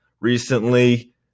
recently